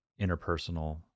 interpersonal